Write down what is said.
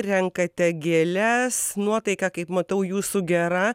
renkate gėles nuotaika kaip matau jūsų gera